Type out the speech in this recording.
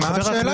מה השאלה בכלל?